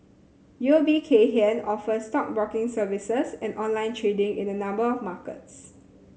U O B Kay Hian offers stockbroking services and online trading in a number of markets